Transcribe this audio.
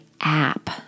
app